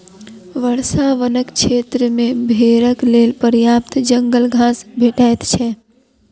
वर्षा वनक क्षेत्र मे भेड़क लेल पर्याप्त जंगल घास भेटैत छै